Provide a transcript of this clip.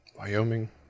Wyoming